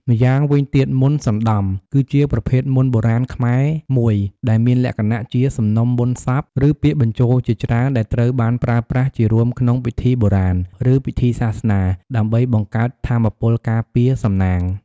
ម្យ៉ាងវិញទៀតមន្តសណ្ដំ គឺជាប្រភេទមន្តបុរាណខ្មែរមួយ ដែលមានលក្ខណៈជាសំណុំមន្តសព្ទ ឬពាក្យបញ្ចូលជាច្រើនដែលត្រូវបានប្រើប្រាស់ជារួមក្នុងពិធីបុរាណ ឬពិធីសាសនា ដើម្បីបង្កើតថាមពលការពារ សំណាង។